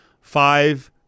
five